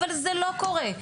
אבל זה לא קורה,